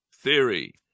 theory